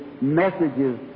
messages